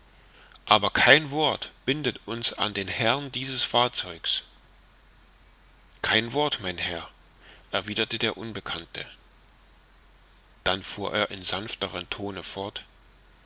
aber kein wort bindet uns an den herrn dieses fahrzeugs kein wort mein herr erwiderte der unbekannte dann fuhr er in sanfterm tone fort